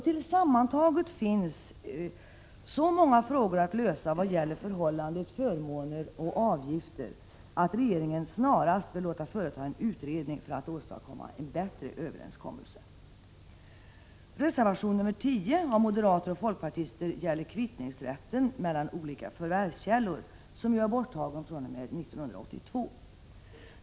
Tillsammantaget finns så många frågor att lösa vad gäller förhållandet förmåner-avgifter att regeringen snarast bör låta företa en utredning för att åstadkomma en bättre överensstämmelse. Reservation nr 10 av moderater och folkpartister gäller kvittningsrätten mellan olika förvärvskällor, som är borttagen fr.o.m. 1982.